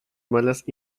malas